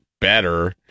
better